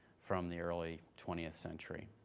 from the early twentieth century,